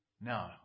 No